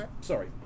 sorry